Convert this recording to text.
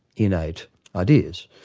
innate ideas?